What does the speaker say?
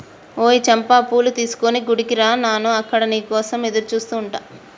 ఓయ్ చంపా పూలు తీసుకొని గుడికి రా నాను అక్కడ నీ కోసం ఎదురుచూస్తు ఉంటా